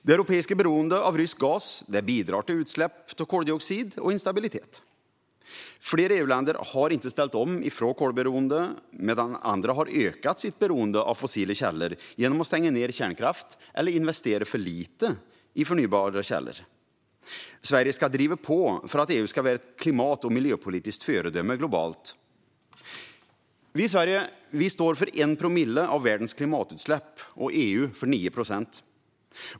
Det europeiska beroendet av rysk gas bidrar till utsläpp av koldioxid och till instabilitet. Flera EU-länder har inte ställt om från kolberoende medan andra har ökat sitt beroende av fossila källor genom att stänga ned kärnkraft eller investera för lite i förnybara källor. Sverige ska driva på för att EU ska vara ett klimat och miljöpolitiskt föredöme globalt. Vi i Sverige står för 1 promille av världens klimatutsläpp och EU för 9 procent.